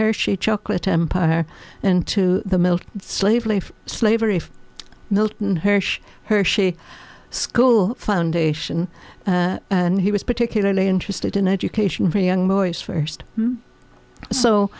hershey chocolate empire into the milk slave labor slavery if milton harish her she school foundation and he was particularly interested in education for young boys first so